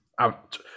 out